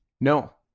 No